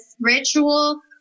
ritual